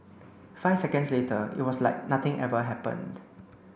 five seconds later it was like nothing ever happened